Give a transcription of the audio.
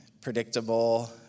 predictable